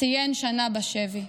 וציין שנה בשבי.